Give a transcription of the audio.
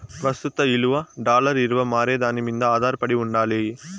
ప్రస్తుత ఇలువ డాలర్ ఇలువ మారేదాని మింద ఆదారపడి ఉండాలి